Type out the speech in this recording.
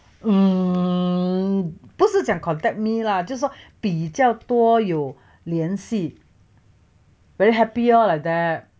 嗯不是讲 contact me lah 就是说比较多有联系 very happy lor like that